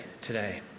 today